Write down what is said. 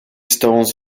stones